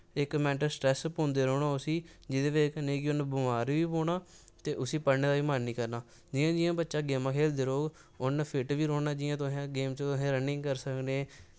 इक minute stress पौंदे रौह्ना उस्सी जेह्दी बजह् कन्नै कि उ'नें बमार होई पौना ते उस्सी पढ़ने दा बी मन नेईँ करना जि'यां जि'यां बच्चा गेमां खेलदा रौह्ग उन्न फिट्ट बी रौंह्ना जि'यां तुसें गेम च तुस रनिंग करी सकने